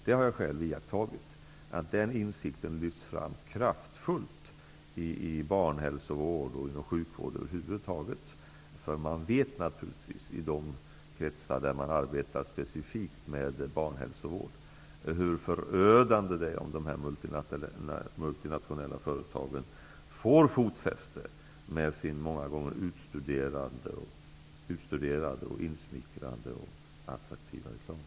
Jag har själv iakttagit att denna insikt lyfts fram kraftfullt i barnhälsovård och sjukvård över huvud taget. I de kretsar där man arbetar specifikt med barnhälsovård vet man hur förödande det är om dessa multinationella företag får fotfäste med sin många gånger utstuderade, insmickrande och attraktiva reklam.